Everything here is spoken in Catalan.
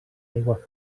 aigua